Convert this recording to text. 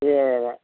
இது